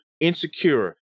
insecure